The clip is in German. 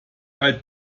alt